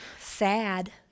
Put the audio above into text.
sad